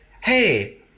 hey